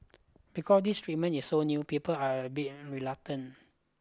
because this treatment is so new people are a bit reluctant